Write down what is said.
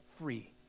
free